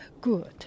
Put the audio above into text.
good